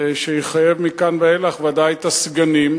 שיחייב מכאן ואילך ודאי את הסגנים,